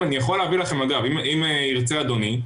אם ירצה אדוני,